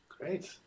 Great